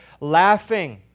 laughing